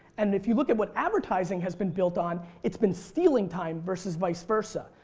and if you look at what advertising has been built on it's been stealing time versus vice versa.